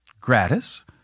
gratis